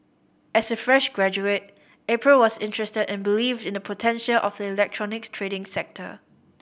as a fresh graduate April was interested and believed in the potential of the electronics trading sector